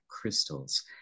crystals